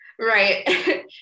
Right